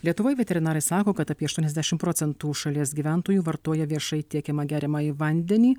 lietuvoj veterinarai sako kad apie aštuoniasdešim procentų šalies gyventojų vartoja viešai tiekiamą geriamąjį vandenį